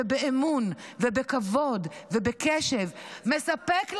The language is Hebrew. ובאמון ובכבוד ובקשב מספק להם,